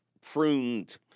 pruned